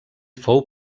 fou